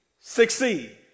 succeed